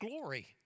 glory